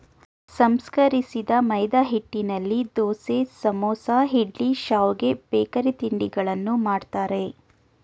ಸಂಸ್ಕರಿಸಿದ ಮೈದಾಹಿಟ್ಟಿನಲ್ಲಿ ದೋಸೆ, ಸಮೋಸ, ಇಡ್ಲಿ, ಶಾವ್ಗೆ, ಬೇಕರಿ ತಿಂಡಿಗಳನ್ನು ಮಾಡ್ತರೆ